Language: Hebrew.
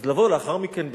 אז לבוא לאחר מכן בדרישות?